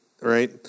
right